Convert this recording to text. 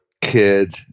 kid